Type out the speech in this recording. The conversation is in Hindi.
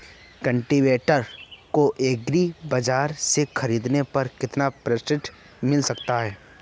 कल्टीवेटर को एग्री बाजार से ख़रीदने पर कितना प्रस्ताव मिल सकता है?